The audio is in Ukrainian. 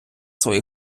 свої